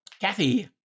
Kathy